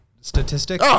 statistic